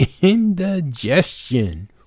indigestion